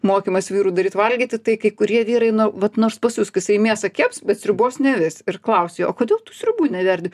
mokymas vyrų daryt valgyti tai kai kurie vyrai nu vat nors pasiusk tai mėsa keps bet sriubos nevirs ir klausi o kodėl tu sriubų neverdi